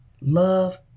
love